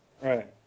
Right